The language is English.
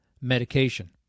medication